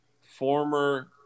former